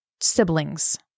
siblings